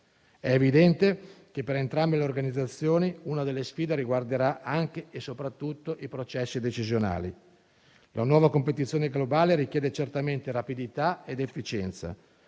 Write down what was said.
È evidente che, per entrambe le organizzazioni, una delle sfide riguarderà anche e soprattutto i processi decisionali. La nuova competizione globale richiede certamente rapidità ed efficienza: